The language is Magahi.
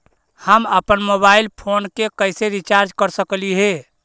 हम अप्पन मोबाईल फोन के कैसे रिचार्ज कर सकली हे?